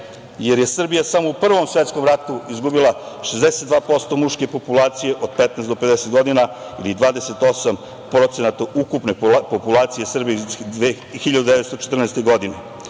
jer je Srbija samo u Prvom svetskom ratu izgubila 62% muške populacije od 15 do 50 godina i 28% ukupne populacije 1914. godine,